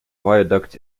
viaduct